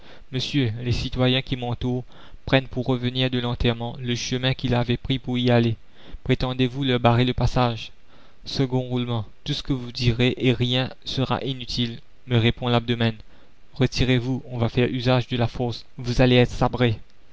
monsieur les citoyens qui m'entourent prennent pour revenir de l'enterrement le chemin qu'ils avaient pris pour y aller prétendez-vous leur barrer le passage second roulement tout ce que vous direz et rien sera inutile me répond l'abdomen retirez-vous on va faire usage de la force vous allez être sabrés